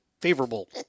favorable –